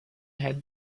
had